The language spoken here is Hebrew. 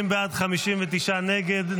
50 בעד, 59 נגד.